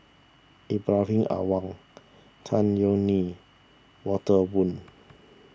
Ibrahim Awang Tan Yeok Nee Walter Woon